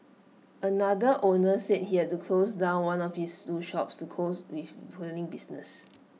another owner said he had to close down one of his two shops to cause with failing business